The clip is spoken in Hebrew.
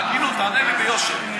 בהגינות, תענה לי ביושר.